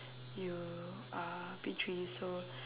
you are P three so